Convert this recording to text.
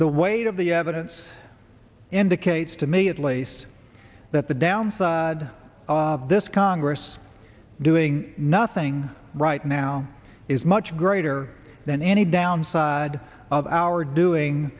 the weight of the evidence indicates to me at least that the downside of this congress doing nothing right now is much greater than any downside of our doing